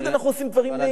אני רוצה להגיד לך,